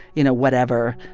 you know, whatever.